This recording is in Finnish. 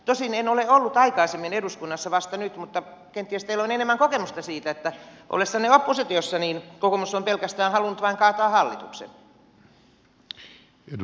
tosin en ole ollut aikaisemmin eduskunnassa vasta nyt mutta kenties teillä on enemmän kokemusta siitä että ollessanne oppositiossa kokoomus on pelkästään halunnut vain kaataa hallituksen